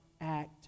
act